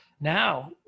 now